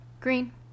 Green